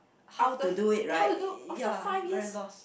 how to do it right ya very lost